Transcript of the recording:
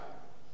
מעניין למה.